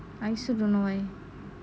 I also don't know why